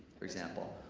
for example.